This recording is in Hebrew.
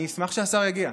אני אשמח שהשר יגיע,